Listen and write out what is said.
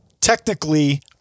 technically